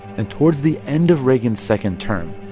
and towards the end of reagan's second term,